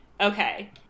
okay